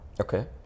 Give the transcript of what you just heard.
Okay